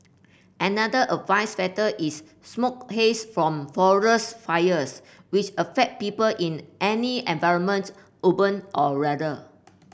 another adverse factor is smoke haze from forest fires which affect people in any environment urban or rural